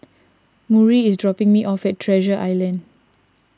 Murry is dropping me off at Treasure Island